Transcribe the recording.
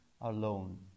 alone